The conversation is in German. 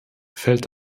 fällt